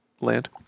land